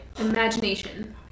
Imagination